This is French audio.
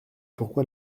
pourquoi